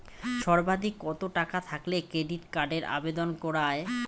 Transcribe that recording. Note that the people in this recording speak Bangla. সর্বাধিক কত টাকা থাকলে ক্রেডিট কার্ডের আবেদন করা য়ায়?